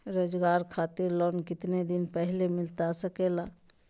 रोजगार खातिर लोन कितने दिन पहले मिलता सके ला?